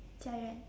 jia yuan